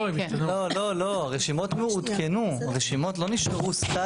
לא, הרשימות עודכנו, הרשימות לא נשארו סטטיות.